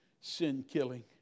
sin-killing